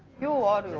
you ah two,